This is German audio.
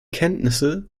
kenntnisse